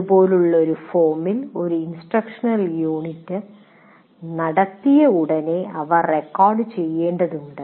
ഇതുപോലുള്ള ഒരു ഫോമിൽ ഒരു ഇൻസ്ട്രക്ഷണൽ യൂണിറ്റ് നടത്തിയ ഉടനെ അവ റെക്കോർഡുചെയ്യേണ്ടതുണ്ട്